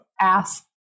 ask